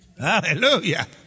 Hallelujah